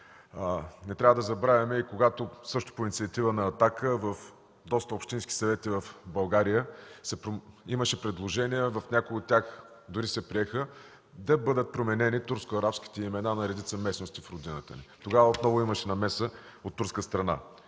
Не трябва да забравяме, когато също по инициатива на „Атака” в доста общински съвети имаше предложения, някои от тях се приеха, да бъдат променени турски арабските имена на редица местности в родината ни. Тогава отново имаше намеса от турска страна.